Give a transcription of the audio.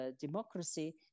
democracy